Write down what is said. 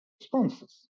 responses